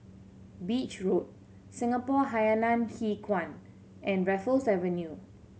Beach Road Singapore Hainan Hwee Kuan and Raffles Avenue